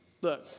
look